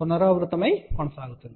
పునరావృతమై కొనసాగుతుంది